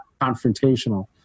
confrontational